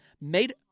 made